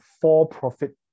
for-profit